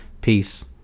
Peace